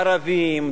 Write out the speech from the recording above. ערבים,